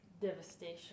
devastation